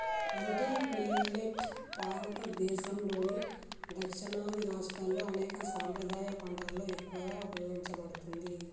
little millet భారతదేసంలోని దక్షిణాది రాష్ట్రాల్లో అనేక సాంప్రదాయ పంటలలో ఎక్కువగా ఉపయోగించబడుతుంది